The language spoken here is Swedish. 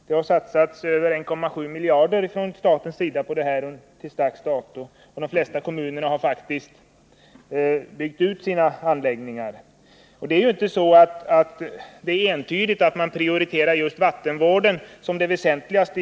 Det har satsats över 1,7 miljarder från statens sida på detta till dags dato, och de flesta kommuner har faktiskt byggt ut sina anläggningar. Det är inte entydigt så att vattenvården prioriteras i dag därför att det skulle vara det väsentligaste.